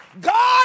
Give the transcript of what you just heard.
God